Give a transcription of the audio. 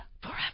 Forever